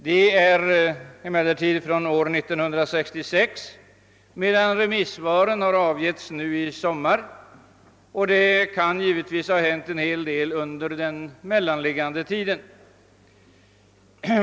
Dessa är emellertid från år 1966 medan remissvaren avgivits i somras. Det kan givetvis ha hänt en hel del under den mellanliggande tiden.